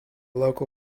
local